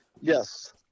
Yes